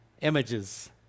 images